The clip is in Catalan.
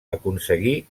aconseguí